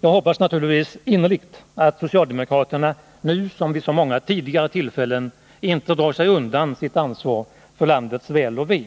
Jag hoppas naturligtvis innerligt att socialdemokraterna nu som vid så många tidigare tillfällen inte drar sig undan sitt ansvar för landets väl och ve.